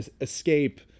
escape